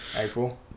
April